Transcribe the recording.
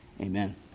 Amen